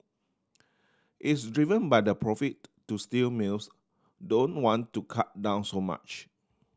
it's driven by the profit so steel mills don't want to cut down so much